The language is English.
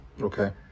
Okay